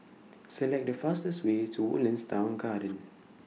Select The fastest Way to Woodlands Town Garden